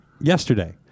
yesterday